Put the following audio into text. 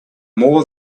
more